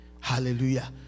hallelujah